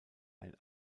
ein